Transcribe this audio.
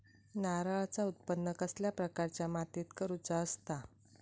नारळाचा उत्त्पन कसल्या प्रकारच्या मातीत करूचा असता?